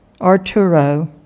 Arturo